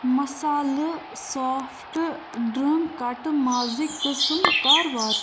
مصالہٕ soft drink کٹہٕ مازٕکۍ قٕسٕم کَر وات